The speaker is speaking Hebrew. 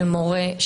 של מורה,